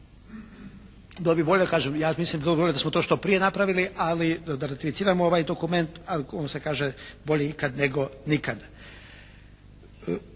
to bih volio da smo to što prije napravili ali da ratificiramo ovaj dokument ali ono se kaže: «Bolje ikad nego nikad.»